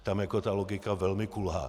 Tam jako ta logika velmi kulhá.